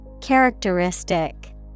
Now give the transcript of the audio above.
Characteristic